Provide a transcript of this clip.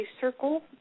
circle